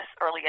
early